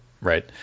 right